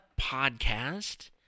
podcast